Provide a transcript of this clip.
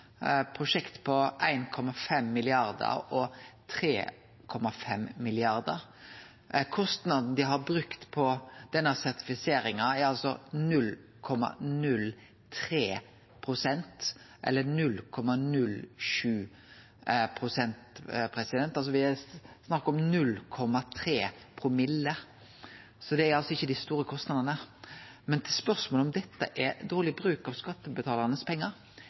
på 1,5 mrd. kr og 3,5 mrd. kr. Kostnaden dei har hatt på denne sertifiseringa, er 0,03 pst. og 0,07 pst. Det er snakk om 0,3 og 0,7 promille. Så det er ikkje dei store kostnadene. Til spørsmålet om dette er dårleg bruk av skattebetalarane sine pengar: